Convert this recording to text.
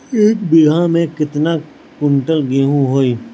एक बीगहा में केतना कुंटल गेहूं होई?